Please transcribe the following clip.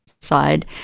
side